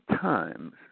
times